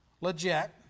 legit